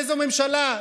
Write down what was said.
איזו ממשלה,